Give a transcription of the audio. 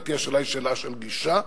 לדעתי השאלה היא שאלה של גישה.